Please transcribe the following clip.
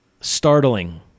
Startling